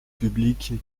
publics